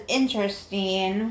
interesting